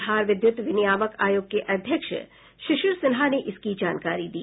बिहार विद्यूत विनियामक आयोग के अध्यक्ष शिशिर सिन्हा ने इसकी जानकारी दी